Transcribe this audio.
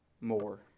more